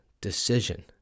decision